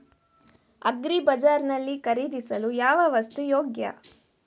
Agri bazaar ನಲ್ಲಿ ಖರೀದಿಸಲು ಯಾವ ವಸ್ತು ಯೋಗ್ಯ?